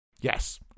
Yes